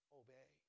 obey